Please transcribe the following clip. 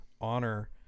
honor